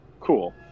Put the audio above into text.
cool